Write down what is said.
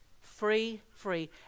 free-free